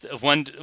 One